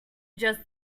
just